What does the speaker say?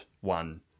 one